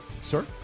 Sir